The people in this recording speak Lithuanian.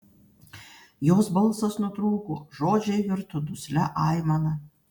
jos balsas nutrūko žodžiai virto duslia aimana